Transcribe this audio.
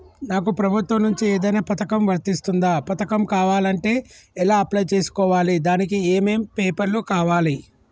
నాకు ప్రభుత్వం నుంచి ఏదైనా పథకం వర్తిస్తుందా? పథకం కావాలంటే ఎలా అప్లై చేసుకోవాలి? దానికి ఏమేం పేపర్లు కావాలి?